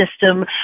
system